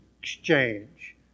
exchange